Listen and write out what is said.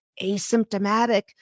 asymptomatic